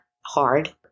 hard